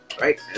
Right